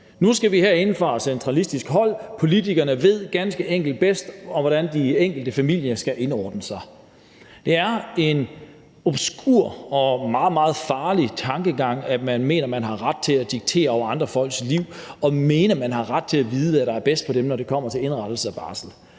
Nu skal vi herinde fra centralistisk hold – politikerne ved ganske enkelt bedst – bestemme, hvordan de enkelte familier skal indordne sig. Det er en obskur og meget, meget farlig tankegang, at man mener, at man har ret til at diktere andre folks liv, og mener, at man kan vide, hvad der er bedst for dem, når det kommer til indretning af barsel.